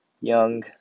young